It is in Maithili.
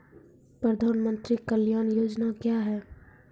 प्रधानमंत्री कल्याण योजना क्या हैं?